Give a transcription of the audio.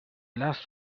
last